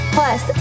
Plus